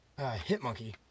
Hitmonkey